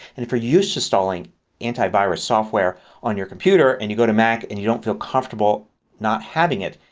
if you're used to installing antivirus software on your computer and you go to mac and you don't feel comfortable not having it,